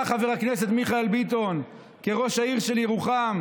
אתה, חבר הכנסת מיכאל ביטון, כראש העיר של ירוחם,